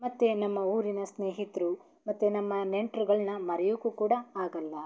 ಮತ್ತೆ ನಮ್ಮ ಊರಿನ ಸ್ನೇಹಿತರು ಮತ್ತು ನಮ್ಮ ನೆಂಟರುಗಳನ್ನ ಮರೆಯೋಕೆ ಕೂಡ ಆಗಲ್ಲ